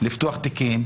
לפתוח תיקים,